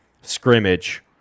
scrimmage